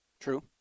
True